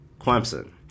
clemson